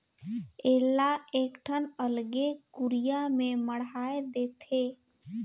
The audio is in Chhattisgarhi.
एला एकठन अलगे कुरिया में मढ़ाए देथे